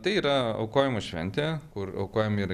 tai yra aukojimo šventė kur aukojami yra